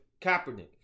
Kaepernick